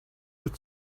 but